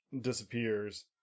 Disappears